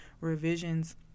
revisions